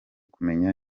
kumenya